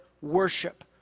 worship